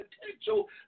potential